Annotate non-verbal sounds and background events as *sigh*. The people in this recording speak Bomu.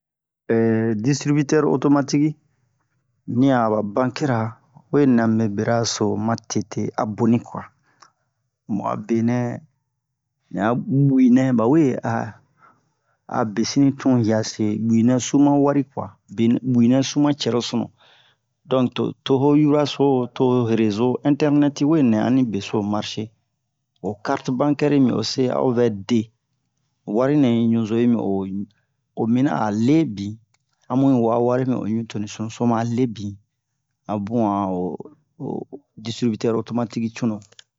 *hesitation* distribitɛr-otomatiki ni a ba bankira we nɛ a mube bera so ma tete a boni kwa mu a benɛ ni a bu'inɛ bawe a besin ni tun yiyase bu'inɛ su ma wari kwa be bu'inɛ su ma cɛrosunu donk to o huraso to rezo intɛrnɛti we nɛ ani beso marshe o karti-bankɛri yi mi o se a'o vɛ de wari nɛ ɲuzo yi mi o o mina a lebin a mu yi wo a wari mi o ɲu'i toni sunuso ma lebin a bun a'o o distribitɛr-otomatiki cunu